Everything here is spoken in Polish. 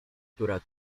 która